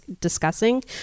discussing